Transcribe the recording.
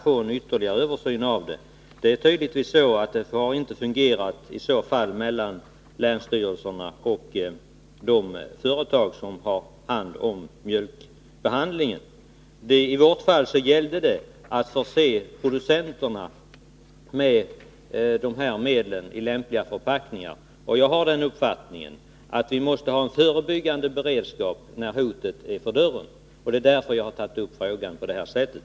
Det är mycket tillfredsställande att jordbruksministern ämnar ta initiativ till att vid nästa årssammanträde med den internationella byrån för bekämpande av smittsamma husdjurssjukdomar ta upp frågan om rapporteringen länderna emellan. Jag är tacksam för det beskedet.